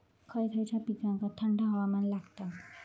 खय खयच्या पिकांका थंड हवामान लागतं?